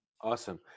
awesome